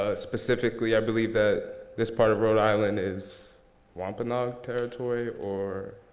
ah specifically, i believe that this part of rhode island is wampanoag territory or